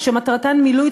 מאמין במה שאתה אומר,